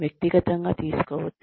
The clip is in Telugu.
వ్యక్తిగతంగా తీసుకోవద్దు